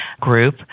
group